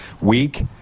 week